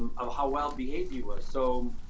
um of how well-behaved he was. so